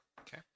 Okay